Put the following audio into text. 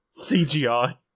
cgi